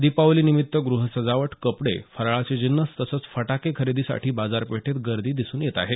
दीपावलीनिमित्त ग्रह सजावट कपडे फराळाचे जिन्नस तसंच फटाके खरेदीसाठी बाजारपेठेत गर्दी दिसून येत आहे